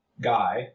guy